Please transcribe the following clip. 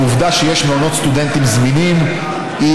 העובדה שיש מעונות סטודנטים זמינים היא